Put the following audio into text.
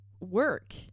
work